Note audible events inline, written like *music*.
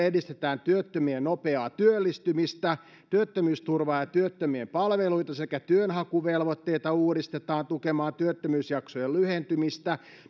*unintelligible* edistetään työttömien nopeaa työllistymistä työttömyysturvaa ja ja työttömien palveluita sekä työnhakuvelvoitteita uudistetaan tukemaan työttömyysjaksojen lyhentymistä